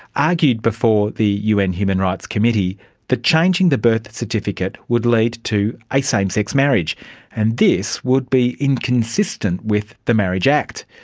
argued in the un human rights committee that changing the birth certificate would lead to a same sex marriage and this would be inconsistent with the marriage act.